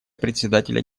председателя